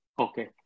Okay